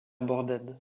borden